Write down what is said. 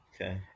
okay